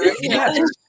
Yes